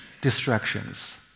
distractions